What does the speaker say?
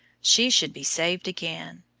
she should be saved again.